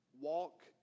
walk